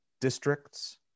districts